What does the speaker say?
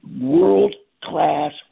world-class